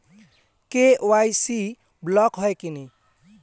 KYC block হয় কেনে?